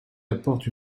apportent